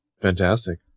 Fantastic